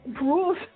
Rules